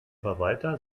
verwalter